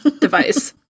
device